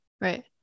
right